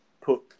put